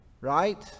Right